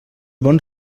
bons